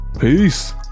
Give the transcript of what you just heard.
peace